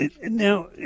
Now